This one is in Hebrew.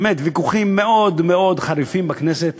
באמת, ויכוחים מאוד מאוד חריפים בכנסת